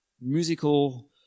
musical